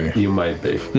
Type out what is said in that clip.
you might be.